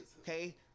Okay